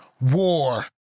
War